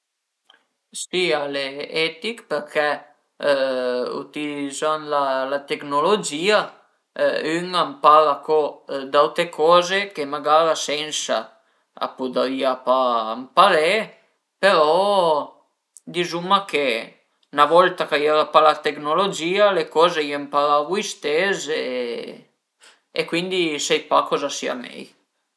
Si al e etich perché ütilizant la tecnologìa ün a ëmpara co d'aute coze che magara sensa a pudrìa pa ëmparé, però dizuma che 'na volta ch'a i era pa la tecnologìa le coze i ëmparavu i stes e cuindi sai pa coza a sia mei